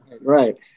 Right